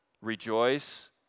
rejoice